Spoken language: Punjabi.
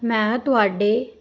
ਮੈਂ ਤੁਹਾਡੇ